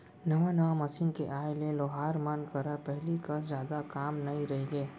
नवा नवा मसीन के आए ले लोहार मन करा पहिली कस जादा काम नइ रइगे